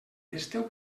esteu